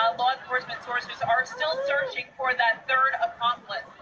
ah law enforcement sources are still searching for that third accomplice.